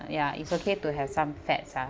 ah ya it's okay to have some fat ah